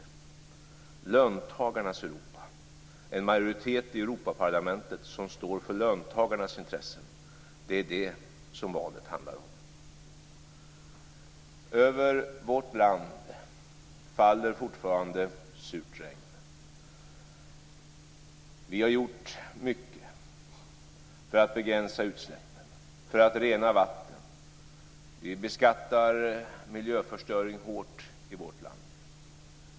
Valet handlar om löntagarnas Europa, om en majoritet i Europaparlamentet som står för löntagarnas intresse. Över vårt land faller fortfarande surt regn. Vi har gjort mycket för att begränsa utsläppen, för att rena vatten. Vi beskattar miljöförstöring hårt i vårt land.